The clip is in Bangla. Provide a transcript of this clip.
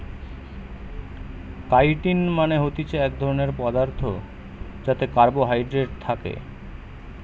কাইটিন মানে হতিছে এক ধরণের পদার্থ যাতে কার্বোহাইড্রেট থাকে